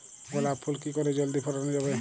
গোলাপ ফুল কি করে জলদি ফোটানো যাবে?